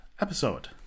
episode